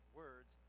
words